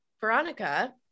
Veronica